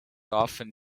often